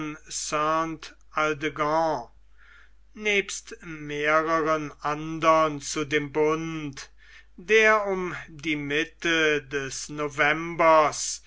aldegonde nebst mehreren andern zu dem bund der um die mitte des novembers